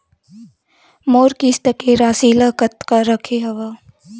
मोर किस्त के राशि ल कतका रखे हाव?